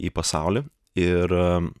į pasaulį ir